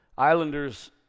islanders